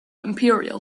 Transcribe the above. imperial